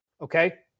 okay